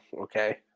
okay